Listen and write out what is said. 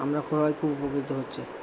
আমরা সবাই খুব উপকৃত হচ্ছি